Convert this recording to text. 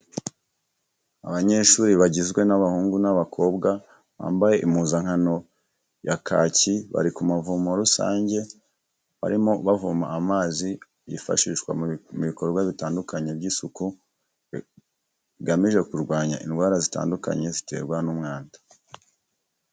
Abanyeshuri bagizwe n'abahungu n'abakobwa bambaye impuzankano ya kaki, bari ku mavomo rusange barimo bavoma amazi yifashishwa mu bikorwa bitandukanye by'isuku bigamije kurwanya indwara zitandukanye ziterwa n'umwanda.